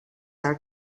are